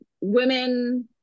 Women